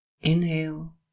inhale